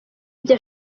ibyo